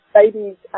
babies